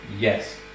Yes